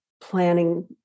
planning